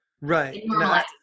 Right